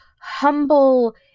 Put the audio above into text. humble